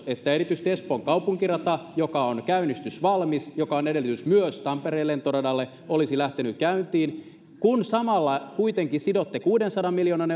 että erityisesti espoon kaupunkirata joka on käynnistysvalmis joka on edellytys myös tampereen lentoradalle olisi lähtenyt käyntiin kun samalla kuitenkin sidotte kuudensadan miljoonan